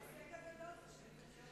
ההישג הגדול הוא שנתניהו,